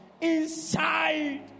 Inside